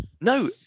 no